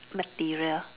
material